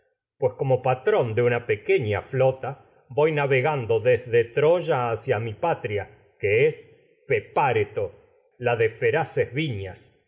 pues patrón de pequeña flota es voy navegando desde troya hacia mi patria que la de feraces van